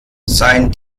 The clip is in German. sein